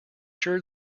sure